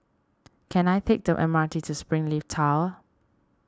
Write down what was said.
can I take the M R T to Springleaf Tower